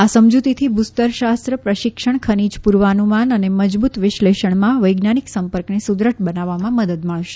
આ સમજૂતીથી ભૂસ્તરશાસ્ન પ્રશિક્ષણ ખનિજ પૂર્વાનુમાન અને મજબૂત વિશ્લેષણમાં વૈજ્ઞાનિક સંપર્કને સુદ્રઢ બનાવવામાં મદદ મળશે